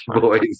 Boys